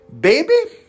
Baby